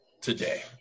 today